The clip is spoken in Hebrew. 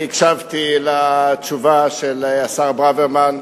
אני הקשבתי לתשובה של השר ברוורמן,